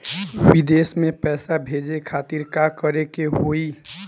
विदेश मे पैसा भेजे खातिर का करे के होयी?